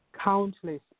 countless